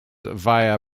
via